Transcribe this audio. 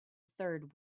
third